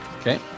Okay